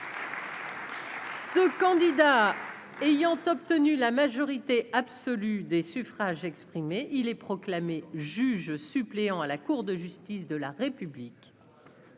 Ce candidat ayant. Tenu la majorité absolue des suffrages exprimés, il est proclamé juge suppléant à la Cour de justice de la République